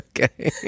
Okay